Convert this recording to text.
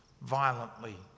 violently